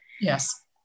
yes